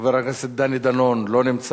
חבר הכנסת דני דנון, לא נמצא.